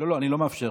לא, אני לא מאפשר.